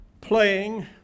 playing